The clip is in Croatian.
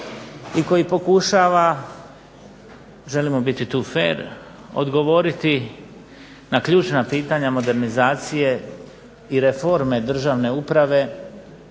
i koji pokušava, želimo tu biti fer, odgovoriti na ključna pitanja modernizacije i reforme državne uprave